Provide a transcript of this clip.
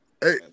Hey